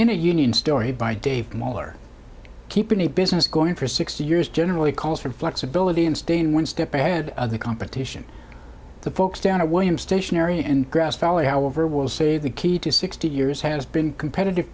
in a union story by dave waller keeping a business going for six years generally calls for flexibility and staying one step ahead of the competition the folks down to william stationery and grass valley however will say the key to sixty years has been competitive